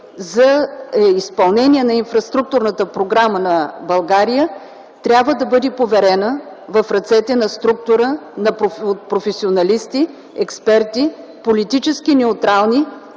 за изпълнение на инфраструктурната програма на България трябва да бъде поверена в ръцете на структура от професионалисти, експерти, политически неутрални